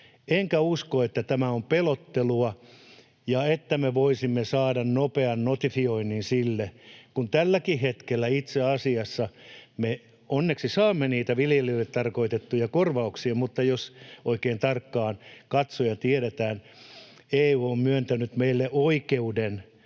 Enkä usko, että tämä on pelottelua ja että me voisimme saada nopean notifioinnin sille, kun tälläkin hetkellä itse asiassa me onneksi saamme niitä viljelijöille tarkoitettuja korvauksia, mutta jos oikein tarkkaan katsoo ja tiedetään, EU on myöntänyt meille oikeuden